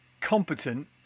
competent